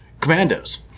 Commandos